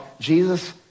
Jesus